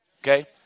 Okay